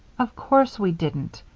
of course we didn't,